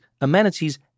amenities